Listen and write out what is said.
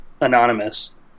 anonymous